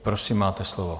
Prosím, máte slovo.